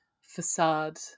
facade